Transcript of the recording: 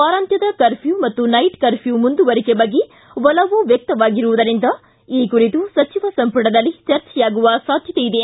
ವಾರಾಂತ್ಯದ ಕರ್ಫ್ಕೂ ಮತ್ತು ರಾತ್ರಿ ಕರ್ಫ್ಕೂ ಮುಂದುವರಿಕೆ ಬಗ್ಗೆ ಒಲವು ವ್ಯಕ್ತವಾಗಿರುವುದರಿಂದ ಈ ಕುರಿತು ಸಚಿವ ಸಂಮಟದಲ್ಲಿ ಚರ್ಜೆಯಾಗುವ ಸಾಧ್ಯತೆ ಇದೆ